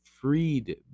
freed